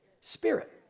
spirit